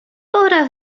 pora